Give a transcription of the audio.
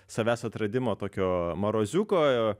savęs atradimo tokio maroziuko